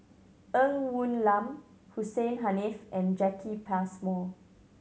Ng Woon Lam Hussein Haniff and Jacki Passmore